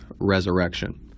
resurrection